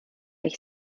ich